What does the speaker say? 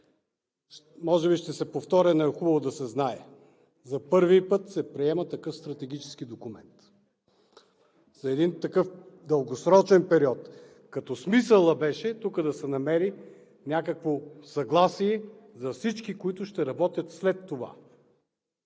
Може би ще се повторя, но е хубаво да се знае. За първи път се приема такъв стратегически документ, за един дългосрочен период. Смисълът беше тук да се намери някакво съгласие за всички, които ще работят след това.